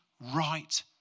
right